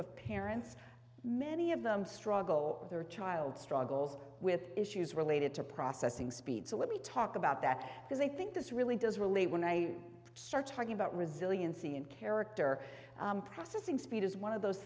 of parents many of them struggle with their child struggles with issues related to processing speed so let me talk about that because i think this really does relate when i start talking about resiliency and character processing speed is one of those